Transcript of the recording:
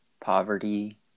poverty